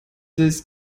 des